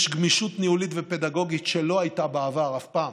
יש גמישות ניהולית ופדגוגית שלא הייתה בעבר אף פעם.